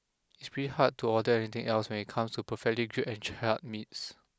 it's pretty hard to order anything else when it comes to perfectly grilled and charred meats